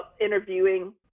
interviewing